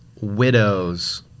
widows